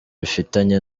bifitanye